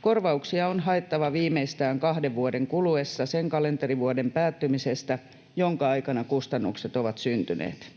Korvauksia on haettava viimeistään kahden vuoden kuluessa sen kalenterivuoden päättymisestä, jonka aikana kustannukset ovat syntyneet.